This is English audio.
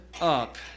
up